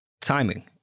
Timing